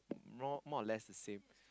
more more or less the same